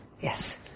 Yes